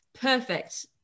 Perfect